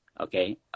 okay